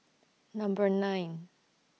Number nine